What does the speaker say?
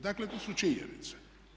Dakle to su činjenice.